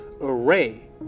array